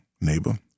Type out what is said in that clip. neighbor